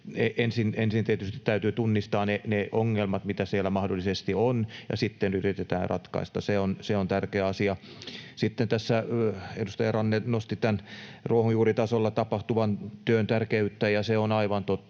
Ensin tietysti täytyy tunnistaa ne ongelmat, mitä siellä mahdollisesti on, ja sitten yritetään ratkaista ne. Se on tärkeä asia. Sitten edustaja Ranne nosti ruohonjuuritasolla tapahtuvan työn tärkeyden, ja se on aivan totta.